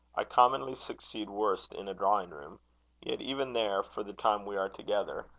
i commonly succeed worst in a drawing-room yet even there, for the time we are together,